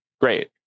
Great